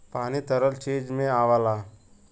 पानी तरल चीज में आवला